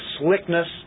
slickness